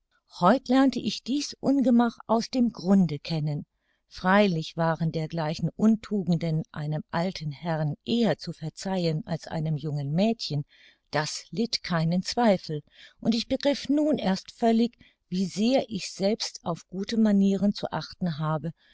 heut lernte ich dies ungemach aus dem grunde kennen freilich waren dergleichen untugenden einem alten herrn eher zu verzeihen als einem jungen mädchen das litt keinen zweifel und ich begriff nun erst völlig wie sehr ich selbst auf gute manieren zu achten habe